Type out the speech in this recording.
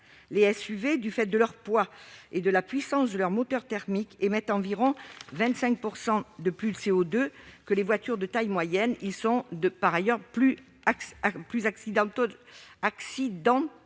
Les SUV, du fait de leur poids et de la puissance de leur moteur thermique, émettent environ 25 % de plus de CO2 que les voitures de taille moyenne. Ils sont par ailleurs plus accidentogènes.